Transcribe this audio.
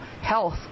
health